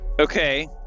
okay